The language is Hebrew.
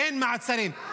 אין מעצרים.